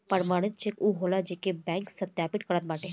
प्रमाणित चेक उ होला जेके बैंक सत्यापित करत बाटे